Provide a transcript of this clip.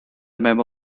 memo